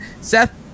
Seth